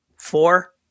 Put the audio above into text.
Four